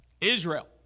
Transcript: Israel